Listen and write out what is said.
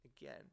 again